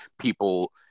People